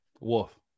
Wolf